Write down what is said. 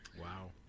wow